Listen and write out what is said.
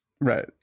Right